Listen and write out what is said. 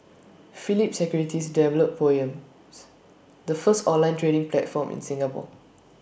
Phillip securities developed poems the first online trading platform in Singapore